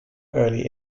early